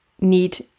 need